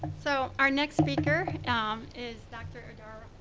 so our next speaker is dr. dara,